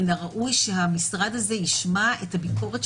מן הראוי שהמשרד הזה ישמע את המשרד של